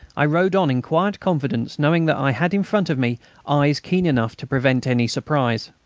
i rode on in quiet confidence, knowing that i had in front of me eyes keen enough to prevent any surprise.